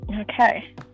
Okay